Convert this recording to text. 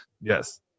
Yes